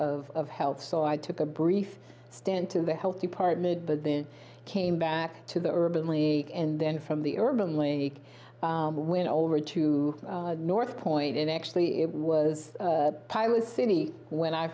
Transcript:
a of health so i took a brief stint in the health department but then came back to the urban league and then from the urban league win over to north point and actually it was pilot city when i